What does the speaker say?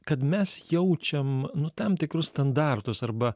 kad mes jaučiam nu tam tikrus standartus arba